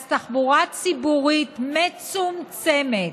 אז תחבורה ציבורית מצומצמת,